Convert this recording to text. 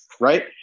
right